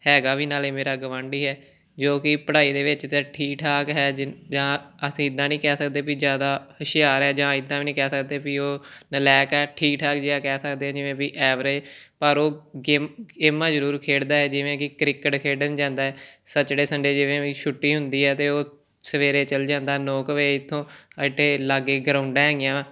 ਹੈਗਾ ਵੀ ਨਾਲੇ ਮੇਰਾ ਗੁਆਂਢੀ ਹੈ ਜੋ ਕਿ ਪੜ੍ਹਾਈ ਦੇ ਵਿੱਚ ਤਾਂ ਠੀਕ ਠਾਕ ਹੈ ਜੰ ਜਾਂ ਅਸੀਂ ਇੱਦਾਂ ਨਹੀਂ ਕਹਿ ਸਕਦੇ ਵੀ ਜ਼ਿਆਦਾ ਹੁਸ਼ਿਆਰ ਹੈ ਜਾਂ ਇੱਦਾਂ ਵੀ ਨਹੀਂ ਕਹਿ ਸਕਦੇ ਵੀ ਉਹ ਨਲਾਇਕ ਹੈ ਠੀਕ ਠਾਕ ਜਿਹਾ ਕਹਿ ਸਕਦੇ ਹਾਂ ਜਿਵੇਂ ਵੀ ਐਵਰੇਜ ਪਰ ਉਹ ਗੇਮ ਗੇਮਾਂ ਜ਼ਰੂਰ ਖੇਡਦਾ ਹੈ ਜਿਵੇਂ ਕਿ ਕ੍ਰਿਕਟ ਖੇਡਣ ਜਾਂਦਾ ਹੈ ਸੈਚਰਡੇ ਸੰਨਡੇ ਜਿਵੇਂ ਵੀ ਛੁੱਟੀ ਹੁੰਦੀ ਹੈ ਤਾਂ ਉਹ ਸਵੇਰੇ ਚੱਲ ਜਾਂਦਾ ਨੌ ਕੁ ਵਜੇ ਇੱਥੋਂ ਅਤੇ ਲਾਗੇ ਗਰਾਊਡਾਂ ਹੈਗੀਆਂ ਵਾ